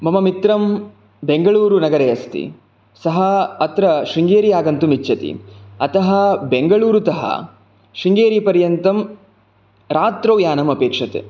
मम मित्रं बेङ्गलूरुनगरे अस्ति सः अत्र शृङ्गेरी आगन्तुम् इच्छति अतः बेङ्गलूरुतः शृङ्गेरीपर्यन्तं रात्रौ यानम् अपेक्षते